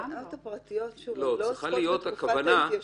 ההצעות הפרטיות לא עוסקות בתקופת ההתיישנות,